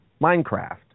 Minecraft